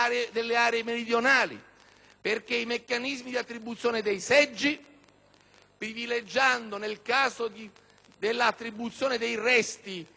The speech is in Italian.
privilegiando, nel caso dell'attribuzione dei resti, il valore assoluto degli stessi e non quello percentuale,